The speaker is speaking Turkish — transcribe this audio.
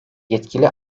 yetkili